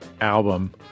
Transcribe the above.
album